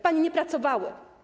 Panie nie pracowały.